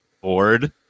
bored